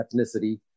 ethnicity